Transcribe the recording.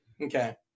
okay